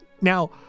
Now